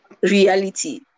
reality